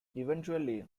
eventually